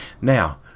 Now